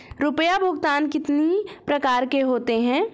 रुपया भुगतान कितनी प्रकार के होते हैं?